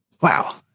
Wow